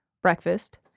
breakfast